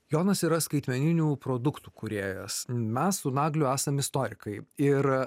jonas yra skaitmeninių produktų kūrėjas mes su nagliu esam istorikai ir